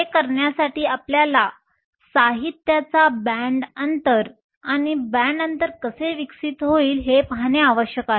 हे करण्यासाठी आपल्याला साहित्याचा बँड अंतर आणि बँड अंतर कसे विकसित होईल ते पाहणे आवश्यक आहे